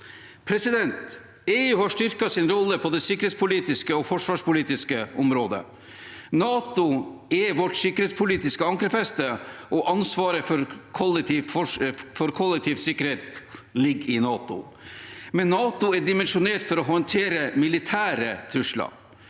observere. EU har styrket sin rolle på det sikkerhetspolitiske og forsvarspolitiske området. NATO er vårt sikkerhetspolitiske ankerfeste, og ansvaret for kollektiv sikkerhet ligger i NATO, men NATO er dimensjonert for å håndtere militære trusler.